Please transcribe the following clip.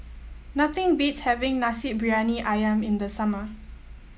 nothing beats having Nasi Briyani ayam in the summer